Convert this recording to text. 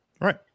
Right